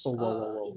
oh !wow! !wow! !wow!